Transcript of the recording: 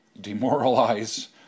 demoralize